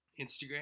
Instagram